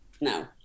no